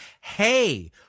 hey